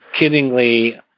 kiddingly